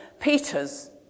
Peter's